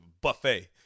buffet